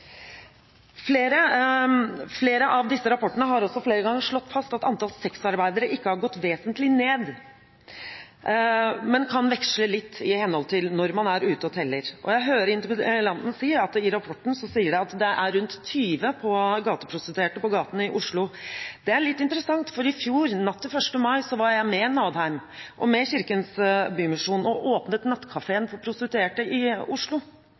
Flere av disse rapportene har flere ganger slått fast at antall sexarbeidere ikke har gått vesentlig ned, men at det kan veksle litt i henhold til når man er ute og teller. Jeg hører interpellanten si at det i rapporten sies at det er rundt 20 gateprostituerte på gata i Oslo. Det er litt interessant, for i fjor, natt til 1. mai, var jeg med Nadheim og Kirkens Bymisjon og åpnet nattkafeen for prostituerte i Oslo.